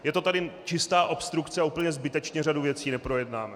Je to tady čistá obstrukce a úplně zbytečně řadu věcí neprojednáme.